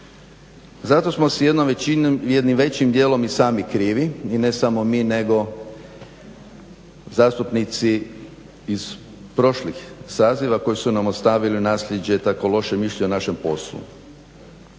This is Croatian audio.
Zato smo si jednim većim dijelom i sami krivi i ne samo mi nego zastupnici iz prošlih saziva koji su nam ostavili u nasljeđe tako loše mišljenje o našem poslu.